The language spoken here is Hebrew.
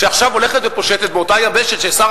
שעכשיו הולכת ופושטת באותה יבשת ששר